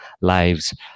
lives